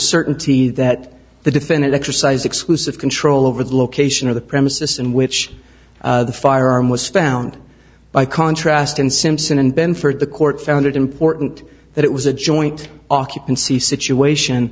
certainty that the defendant exercised exclusive control over the location of the premises in which the firearm was found by contrast in simpson and benford the court found it important that it was a joint occupancy situation